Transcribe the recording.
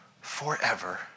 forever